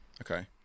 Okay